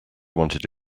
wanted